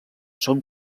són